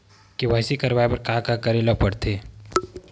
KYC करवाय बर का का करे ल पड़थे?